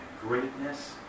greatness